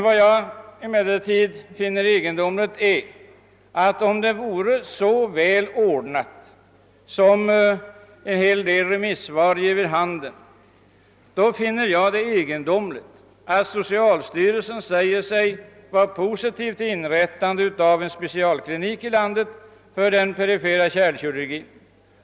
Om emellertid allt vore så väl ordnat som en del remissvar ger vid handen, framstår det som egendomligt att socialstyrelsen säger sig vara positivt inställd till inrättande av en specialklinik i landet för den perifera kärlkirurgin.